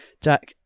Jack